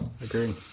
Agree